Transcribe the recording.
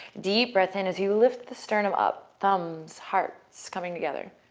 deep breath in as you lift the sternum up, thumbs, hearts coming together.